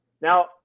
now